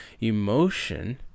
Emotion